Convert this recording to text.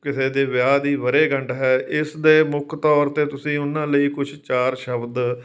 ਕਿਸੇ ਦੇ ਵਿਆਹ ਦੀ ਵਰੇਗੰਡ ਹੈ ਇਸ ਦੇ ਮੁੱਖ ਤੌਰ 'ਤੇ ਤੁਸੀਂ ਉਹਨਾਂ ਲਈ ਕੁਝ ਚਾਰ ਸ਼ਬਦ